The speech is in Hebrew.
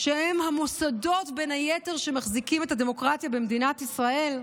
שהם בין היתר המוסדות שמחזיקים את הדמוקרטיה במדינת ישראל?